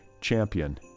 champion